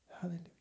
Hallelujah